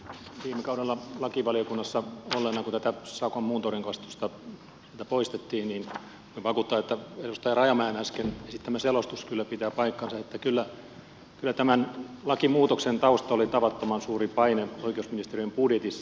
viime kaudella lakivaliokunnassa olleena kun tätä sakon muuntorangaistusta poistettiin voin vakuuttaa että edustaja rajamäen äsken esittämä selostus kyllä pitää paikkansa että kyllä tämän lakimuutoksen tausta oli tavattoman suuri paine oikeusministeriön budjetissa